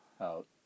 out